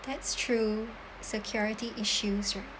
that's true security issues